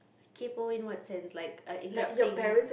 kaypoh in what sense like err interrupting